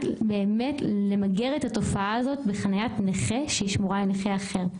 באמת למגר את התופעה הזאת של חניית נכה ששמורה לנכה אחר.